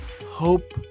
hope